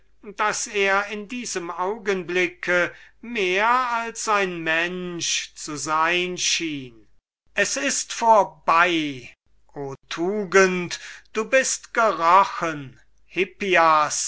daß er in diesem augenblick mehr als ein mensch zu sein schien es ist vorbei o tugend du bist gerochen